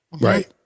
right